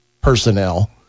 personnel